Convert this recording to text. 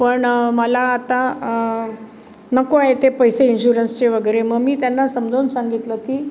पण मला आता नको आहेत ते पैसे इन्श्युरन्सचे वगैरे मग मी त्यांना समजावून सांगितलं की